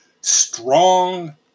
Strong